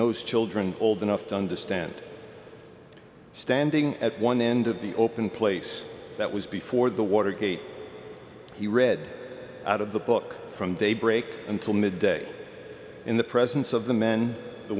those children old enough to understand standing at one end of the open place that was before the watergate he read out of the book from daybreak until midday in the presence of